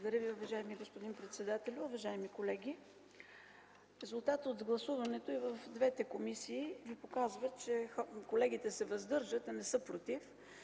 Благодаря Ви, уважаеми господин председателю. Уважаеми колеги! Резултатите от гласуването и в двете комисии ви показват, че колегите се въздържат, а не са против.